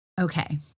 Okay